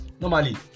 normally